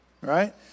Right